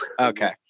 Okay